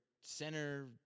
center